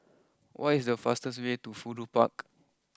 what is the fastest way to Fudu Park